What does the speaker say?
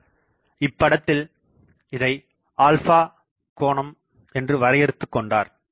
அவர் இப்படத்தில் இதை ஆல்ஃபா கோணம் என்று வரையறுத்துக் கொண்டார்